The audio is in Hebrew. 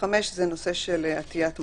ו-5 זה נושא של עטיית מסכה.